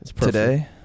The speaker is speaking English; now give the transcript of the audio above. Today